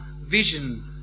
vision